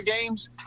games